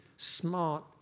smart